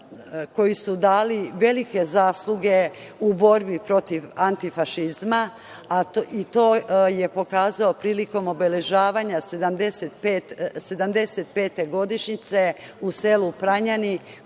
koji su dali velike zasluge u borbi protiv antifašizma i to je pokazao prilikom obeležavanja 75. godišnjice u selu Pranjani